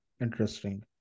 interesting